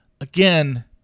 again